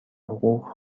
حقوق